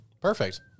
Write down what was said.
Perfect